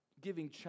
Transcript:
giving